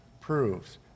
proves